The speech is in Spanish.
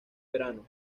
verano